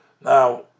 Now